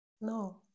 No